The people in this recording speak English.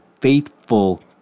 faithful